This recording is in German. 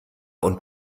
und